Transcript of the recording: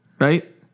right